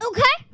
Okay